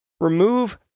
Remove